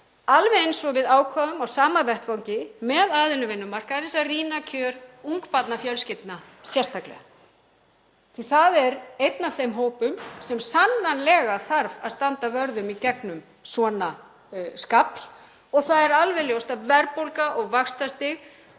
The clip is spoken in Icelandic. alveg eins og við ákváðum á sama vettvangi, með aðilum vinnumarkaðarins, að rýna kjör ungbarnafjölskyldna sérstaklega. Það er einn af þeim hópum sem sannarlega þarf að standa vörð um í gegnum svona skafl. Það er alveg ljóst að verðbólga og vaxtastig